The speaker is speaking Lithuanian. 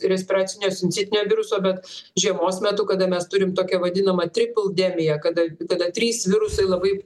respiracinio sincitinio viruso bet žiemos metu kada mes turim tokią vadinamą tripldemiją kada tada trys virusai labai